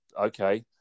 okay